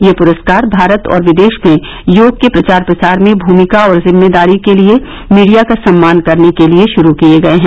ये पुरस्कार भारत और विदेश में योग के प्रचार प्रसार में भूमिका और जिम्मेदारी के लिए मीडिया का सम्मान करने के लिए शुरू किये गये हैं